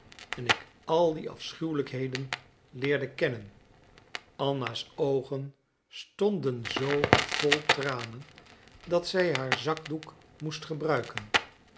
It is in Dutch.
en ik al die afschuwelijkheden leerde kennen anna's oogen stonden zoo vol tranen dat zij haar zakdoek moest gebruiken